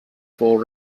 for